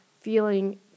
feeling